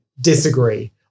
disagree